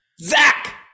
Zach